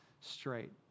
straight